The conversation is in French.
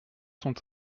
sont